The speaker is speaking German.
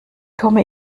komme